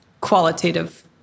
qualitative